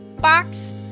box